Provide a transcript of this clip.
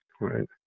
Right